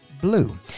blue